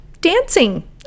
dancing